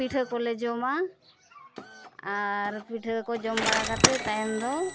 ᱯᱤᱴᱷᱟᱹ ᱠᱚᱞᱮ ᱡᱚᱢᱟ ᱟᱨ ᱯᱤᱴᱷᱟᱹ ᱠᱚ ᱡᱚᱢ ᱵᱟᱲᱟ ᱠᱟᱛᱮᱫ ᱛᱟᱭᱚᱢ ᱫᱚ